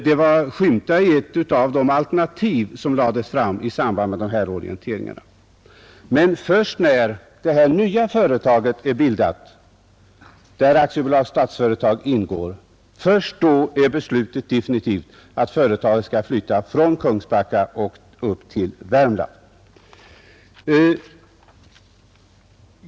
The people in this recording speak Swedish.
Det skymtade i ett av de alternativ som lades fram i samband med orienteringarna, men först när detta nya företag är bildat, där Statsföretag AB ingår, blir beslutet definitivt att företaget skall flyttas från Kungsbacka och upp till Värmland.